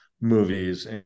movies